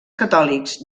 catòlics